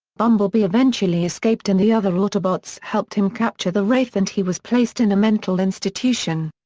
bumblebee eventually escaped and the other autobots helped him capture the wraith and he was placed in a mental institution.